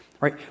right